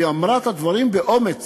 והיא אמרה את הדברים באומץ,